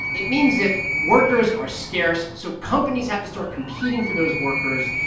it means that workers are scarce, so companies have to start competing for those workers,